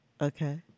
Okay